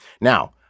Now